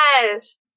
Yes